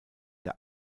der